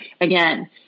again